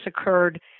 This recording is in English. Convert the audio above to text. occurred